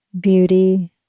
Beauty